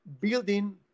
building